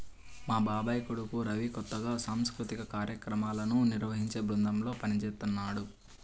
మా బాబాయ్ కొడుకు రవి కొత్తగా సాంస్కృతిక కార్యక్రమాలను నిర్వహించే బృందంలో పనిజేత్తన్నాడు